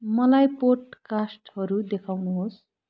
मलाई पोडकास्टहरू देखाउनुहोस्